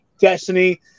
destiny